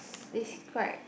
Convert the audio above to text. this quite